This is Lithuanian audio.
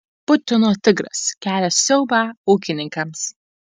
putino tigras kelia siaubą ūkininkams